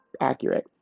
accurate